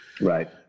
Right